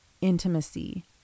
intimacy